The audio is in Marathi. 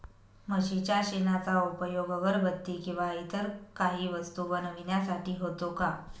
म्हशीच्या शेणाचा उपयोग अगरबत्ती किंवा इतर काही वस्तू बनविण्यासाठी होतो का?